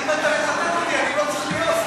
אם אתה מצטט אותי אני לא צריך להיות,